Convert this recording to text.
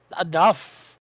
enough